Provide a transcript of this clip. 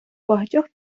багатьох